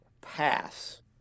pass